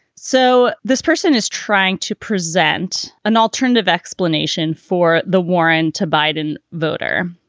so this person is trying to present an alternative explanation for the warren to biden voter,